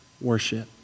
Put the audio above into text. Worship